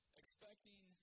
expecting